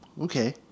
Okay